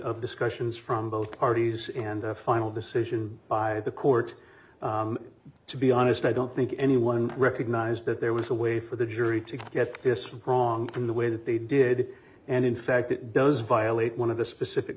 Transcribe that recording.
of discussions from both parties and a final decision by the court to be honest i don't think anyone recognized that there was a way for the jury to get this wrong from the way that they did and in fact it does violate one of the specific